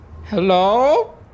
Hello